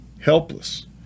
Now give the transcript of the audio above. helpless